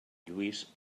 lluís